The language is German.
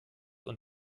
und